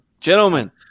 Gentlemen